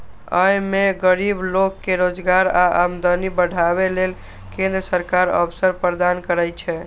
अय मे गरीब लोक कें रोजगार आ आमदनी बढ़ाबै लेल केंद्र सरकार अवसर प्रदान करै छै